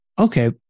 okay